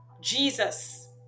Jesus